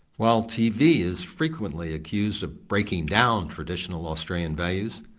while, tv is frequently accused of breaking down traditional australian values,